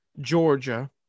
georgia